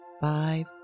five